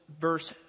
verse